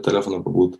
telefono pabūt